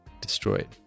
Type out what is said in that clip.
Destroyed